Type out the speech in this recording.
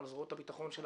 על זרועות הביטחון שלה,